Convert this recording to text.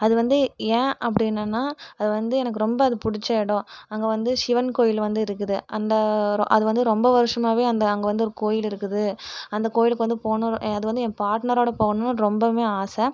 அது வந்து ஏன் அப்படின்னனா அது வந்து எனக்கு ரொம்ப அது பிடிச்ச எடம் அங்க வந்து சிவன் கோவில் வந்து இருக்குது அந்த அது வந்து ரொம்ப வர்ஷமாகவே அந்த அங்கே வந்து ஒரு கோயில் இருக்குது அந்த கோயிலுக்கு வந்து போணும் அது வந்து என் பார்ட்னரோட போகணுன்னு ரொம்பவும் ஆசை